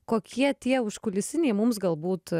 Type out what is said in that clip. kokie tie užkulisiniai mums galbūt